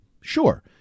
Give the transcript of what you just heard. sure